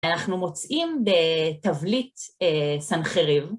אנחנו מוצאים בתבליט סנחריב.